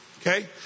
Okay